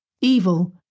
evil